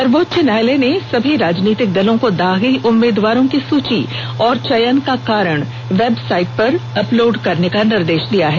सर्वोच्च न्यायालय ने सभी राजनीतिक दलों को दागी उम्मीदवारों की सुची और चयन का कारण वेबसाईट पर अपलोड करने का निर्देश दिया है